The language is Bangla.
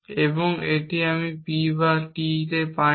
এবং এটি আমি P বা T পাই না